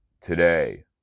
Today